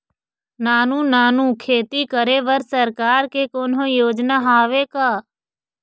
नानू नानू खेती करे बर सरकार के कोन्हो योजना हावे का?